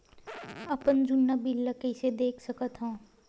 अपन जुन्ना बिल ला कइसे देख सकत हाव?